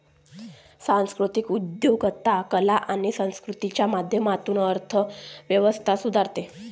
सांस्कृतिक उद्योजकता कला आणि संस्कृतीच्या माध्यमातून अर्थ व्यवस्था सुधारते